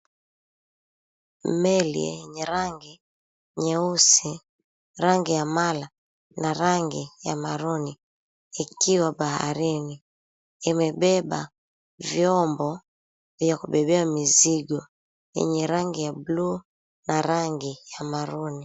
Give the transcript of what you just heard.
Meli yenye rangi nyeusi, rangi ya mala na rangi ya maroon ikiwa baharini. Imebeba vyombo vya kubebea mizigo yenye rangi ya buluu na rangi ya maroon .